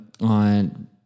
on